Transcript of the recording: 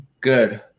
good